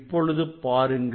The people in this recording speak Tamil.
இப்பொழுது பாருங்கள்